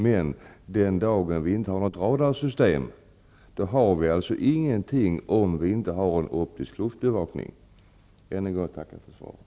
Men den dag vi inte har något radarsystem har vi ingenting, om vi inte har optisk luftbevakning. Jag tackar än en gång för svaret.